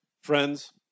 Friends